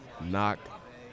knock